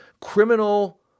criminal